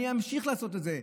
אני אמשיך לעשות את זה.